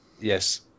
Yes